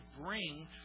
bring